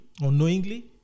unknowingly